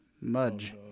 Mudge